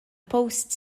post